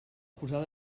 posada